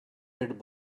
red